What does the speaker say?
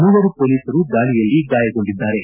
ಮೂವರು ಪೊಲೀಸರು ದಾಳಿಯಲ್ಲಿ ಗಾಯಗೊಂಡಿದ್ದಾರೆ